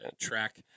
track